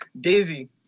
Daisy